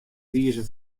wize